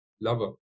lover